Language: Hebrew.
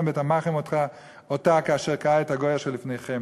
בטמאכם אתה כאשר קאה את הגוי אשר לפניכם.